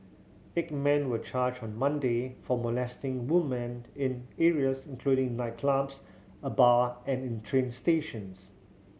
eight men were charged on Monday for molesting women in areas including nightclubs a bar and in train stations